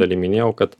daly minėjau kad